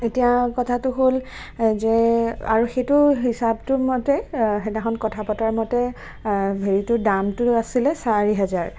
এতিয়া কথাটো হ'ল যে আৰু সেইটো হিচাপটো মতে সেইদিনাখন কথা পতা মতে হেৰীটো দামটো আছিলে চাৰি হাজাৰ